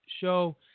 show